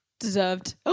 Deserved